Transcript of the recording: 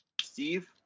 Steve